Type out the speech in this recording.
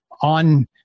on